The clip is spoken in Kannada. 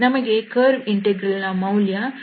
ನಮಗೆ ಕರ್ವ್ ಇಂಟೆಗ್ರಲ್ ನ ಮೌಲ್ಯ 18π ದೊರೆಯುತ್ತದೆ